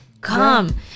come